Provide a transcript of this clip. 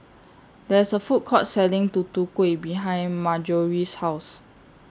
There IS A Food Court Selling Tutu Kueh behind Marjory's House